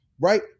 right